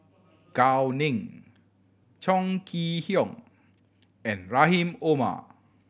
Gao Ning Chong Kee Hiong and Rahim Omar